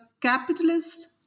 capitalists